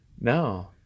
No